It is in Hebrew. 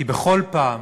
כי בכל פעם